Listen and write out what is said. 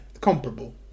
comparable